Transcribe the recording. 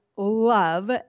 Love